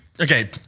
Okay-